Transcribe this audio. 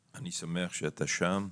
אני שמח שאתה שם,